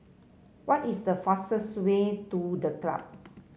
what is the fastest way to The Club